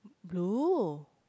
blue